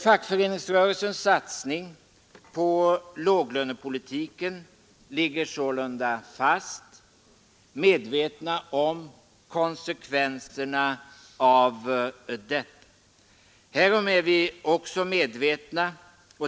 Fackföreningsrörelsens satsning på låglönepolitiken ligger sålunda fast. Konsekvenserna är uppenbara. Härom är vi medvetna.